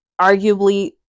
arguably